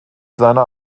seiner